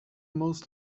most